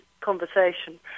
conversation